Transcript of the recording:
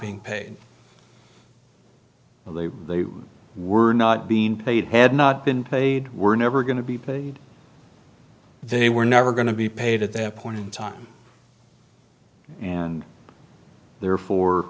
being paid but they they were not being paid had not been paid were never going to be paid they were never going to be paid at that point in time and therefore